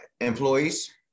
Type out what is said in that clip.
employees